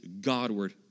Godward